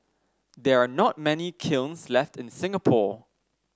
there are not many kilns left in Singapore